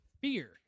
Fear